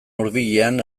hurbilean